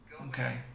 Okay